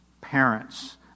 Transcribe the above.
parents